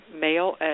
male